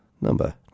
number